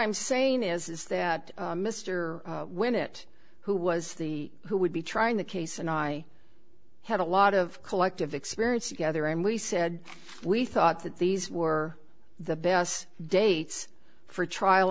i'm saying is that mr when it who was the who would be trying the case and i had a lot of collective experience together and we said we thought that these were the best dates for trial